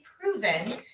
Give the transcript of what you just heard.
proven